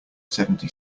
seventy